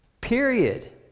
period